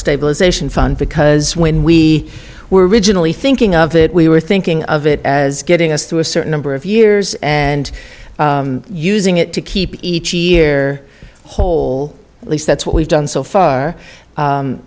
stabilization fund because when we were originally thinking of it we were thinking of it as getting us through a certain number of years and using it to keep each year whole at least that's what we've done so far